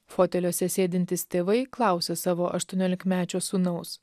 foteliuose sėdintys tėvai klausia savo aštuoniolikmečio sūnaus